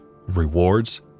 rewards